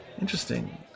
Interesting